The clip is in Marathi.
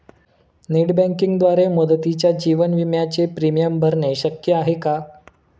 नेट बँकिंगद्वारे मुदतीच्या जीवन विम्याचे प्रीमियम भरणे शक्य आहे का?